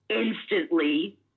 instantly